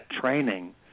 training